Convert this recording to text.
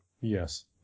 Yes